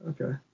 Okay